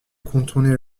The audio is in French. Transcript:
contourner